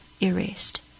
erased